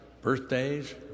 birthdays